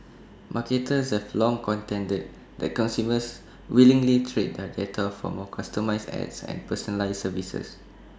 marketers have long contended that consumers willingly trade their data for more customised ads and personalised services